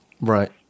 Right